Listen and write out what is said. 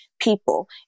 people